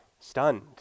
Stunned